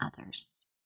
others